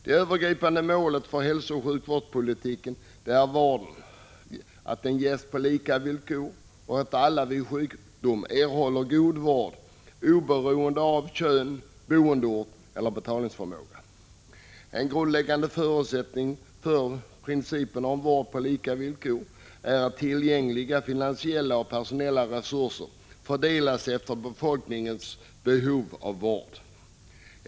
Det övergripande målet för hälsooch sjukvårdspolitiken är att vården ges på lika villkor och att vid sjukdom alla erhåller god vård oberoende av kön, boendeort eller betalningsförmåga. En grundläggande förutsättning för principen om vård på lika villkor är att tillgängliga finansiella och personella resurser fördelas efter befolkningens behov av vård.